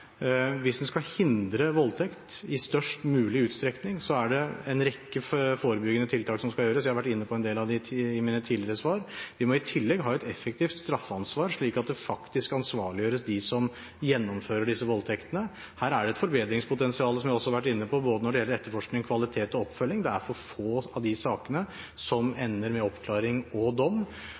Hvis en skal hindre voldtekt i størst mulig utstrekning, er det en rekke forebyggende tiltak som skal gjøres. Jeg har vært inne på en del av dem i mine tidligere svar. Vi må i tillegg ha et effektivt straffeansvar for faktisk å ansvarliggjøre dem som gjennomfører disse voldtektene. Her er det et forbedringspotensial, som jeg også har vært inne på, når det gjelder både etterforskning, kvalitet og oppfølging. Det er for få av disse sakene som ender med oppklaring og dom,